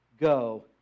go